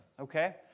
okay